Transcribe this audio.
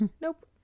Nope